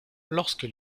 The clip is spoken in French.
lorsque